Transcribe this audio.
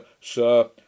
Sir